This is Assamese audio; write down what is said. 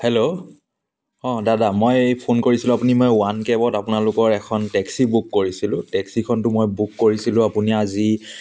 হেল্ল' অঁ দাদা মই এই ফোন কৰিছিলোঁ আপুনি মই ওৱান কেবত আপোনালোকৰ এখন টেক্সি বুক কৰিছিলোঁ টেক্সিখনতো মই বুক কৰিছিলোঁ আপুনি আজি